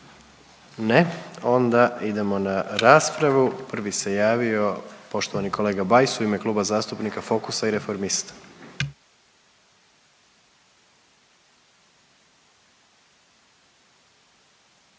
Ne. Onda idemo na raspravu, prvi se javio poštovani kolega Bajs u ime Kluba zastupnika Fokusa i Reformista.